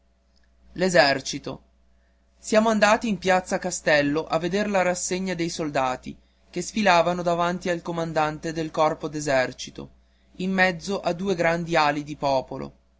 siamo andati in piazza castello a veder la rassegna dei soldati che sfilarono davanti al comandante del corpo d'esercito in mezzo a due grandi ali di popolo